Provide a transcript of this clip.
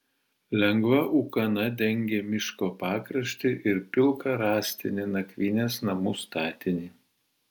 lengva ūkana dengė miško pakraštį ir pilką rąstinį nakvynės namų statinį